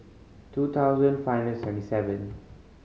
two thousand five and seventy seven